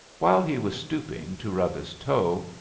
while he was stooping to rub his toe,